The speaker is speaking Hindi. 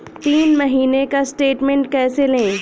तीन महीने का स्टेटमेंट कैसे लें?